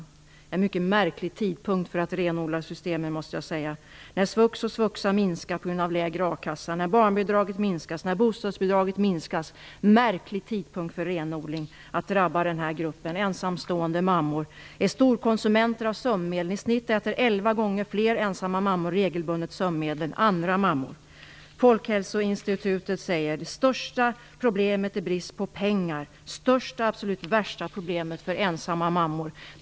Det är en mycket märklig tidpunkt för att renodla systemen, måste jag säga, när svux och svuxa minskar på grund av lägre a-kassa, när barnbidraget minskas, när bostadsbidraget minskas. Det är en märklig tidpunkt för renodling, som drabbar gruppen ensamstående mammor. De är storkonsumenter av sömnmedel. I snitt äter elva gånger fler ensamma mammor än andra mammor regelbundet sömnmedel. Folkhälsoinstitutet säger att det största och absolut värsta problemet för ensamma mammor är brist på pengar.